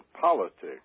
politics